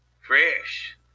Fresh